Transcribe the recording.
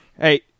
Hey